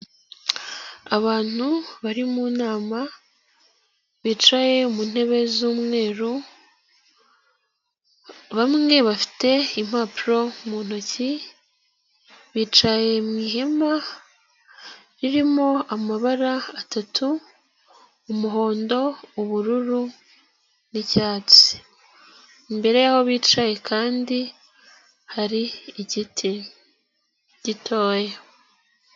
Abantu bari mu nama bicaye mu ntebe z'umweru bamwe bafite impapuro mu ntoki bicaye mu ihema ririmo amabara atatu, umuhondo, ubururu n'icyatsi, imbere y'aho bicaye kandi hari igiti gitoya.